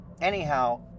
Anyhow